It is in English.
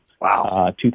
Wow